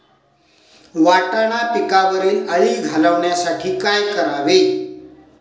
वाटाणा पिकावरील अळी घालवण्यासाठी काय करावे?